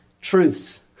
truths